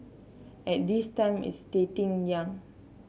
and this time it's starting young